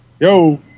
Yo